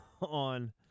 on